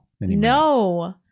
No